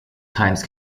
times